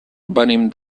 venim